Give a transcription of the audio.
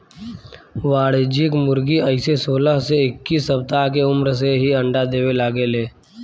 वाणिज्यिक मुर्गी अइसे सोलह से इक्कीस सप्ताह के उम्र से ही अंडा देवे लागे ले